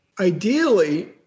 Ideally